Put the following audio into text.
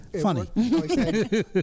Funny